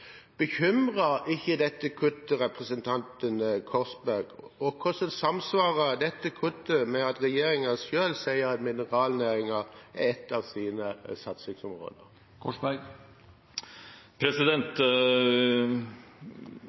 Bekymrer ikke dette kuttet representanten Korsberg, og hvordan samsvarer dette kuttet med at regjeringen selv sier at mineralnæringen er et av dens satsingsområder?